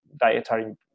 dietary